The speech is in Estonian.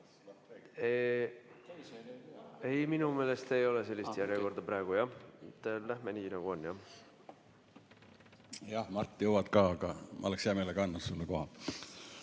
Ei, minu meelest ei ole sellist järjekorda praegu. Lähme nii, nagu on. Jah, Mart, jõuad ka, aga ma oleks hea meelega andnud sulle koha.